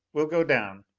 we'll go down.